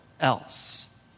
else